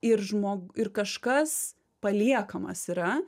ir žmog ir kažkas paliekamas yra